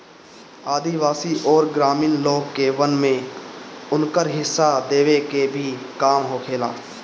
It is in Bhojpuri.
आदिवासी अउरी ग्रामीण लोग के वन में उनकर हिस्सा देवे के भी काम होखेला